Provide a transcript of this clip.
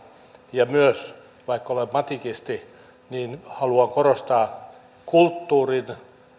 ja vaikka olen matikisti haluan korostaa myös kulttuurin